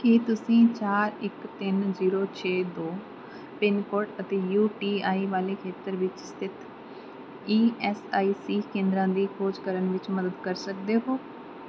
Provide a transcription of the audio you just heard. ਕੀ ਤੁਸੀਂ ਚਾਰ ਇੱਕ ਤਿੰਨ ਜੀਰੋ ਛੇ ਦੋ ਪਿੰਨ ਕੋਡ ਅਤੇ ਯੂ ਟੀ ਆਈ ਵਾਲੇ ਖੇਤਰ ਵਿੱਚ ਸਥਿਤ ਈ ਐੱਸ ਆਈ ਸੀ ਕੇਂਦਰਾਂ ਦੀ ਖੋਜ ਕਰਨ ਵਿੱਚ ਮਦਦ ਕਰ ਸਕਦੇ ਹੋ